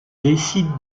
décident